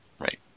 Right